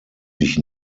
sich